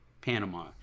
Panama